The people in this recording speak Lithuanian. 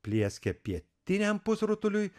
plieskia pietiniam pusrutuliui